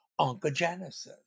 oncogenesis